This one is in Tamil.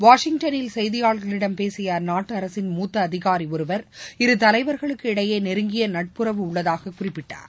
வாஷிங்டனில் செய்தியாளர்களிடம் பேசிய அந்நாட்டு அரசின் மூத்த அதிகாரி ஒருவர் இரு தலைவர்களுக்கு இடையே நெருங்கிய நட்புறவு உள்ளதாக குறிப்பிட்டார்